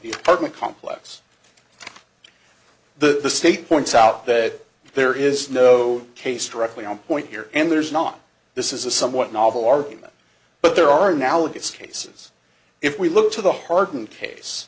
the partner complex the state points out that there is no case directly on point here and there is not this is a somewhat novel argument but there are analogous cases if we look to the hardened case